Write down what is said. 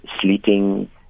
sleeping